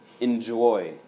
enjoy